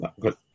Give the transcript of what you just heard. Good